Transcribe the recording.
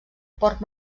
port